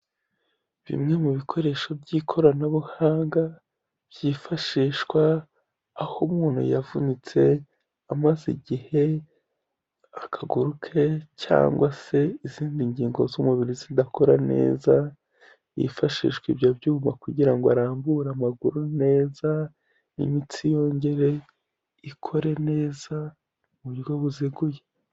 Bimwe mu bikoresho by'ikoranabuhanga byifashishwa aho umuntu yavunitse amaze igihe akaguru ke cyangwa se izindi ngingo z'umubiri zidakora neza, hifashishwa ibyo byuma kugira ngo arambure amaguru neza n'imitsi yongere ikore neza mu buryo buziguye.